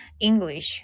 english